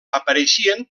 apareixien